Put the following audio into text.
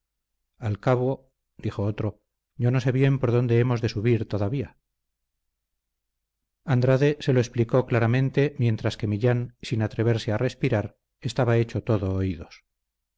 al cabo dijo otro yo no sé bien por dónde hemos de subir todavía andrade se lo explicó claramente mientras que millán sin atreverse a respirar estaba hecho todo oídos